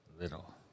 Little